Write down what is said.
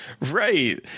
right